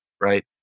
right